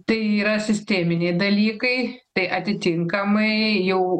tai yra sisteminiai dalykai tai atitinkamai jau